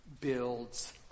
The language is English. builds